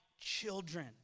children